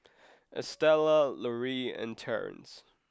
Estela Lauri and Terrence